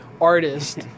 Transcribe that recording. artist